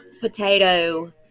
Potato